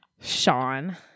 Sean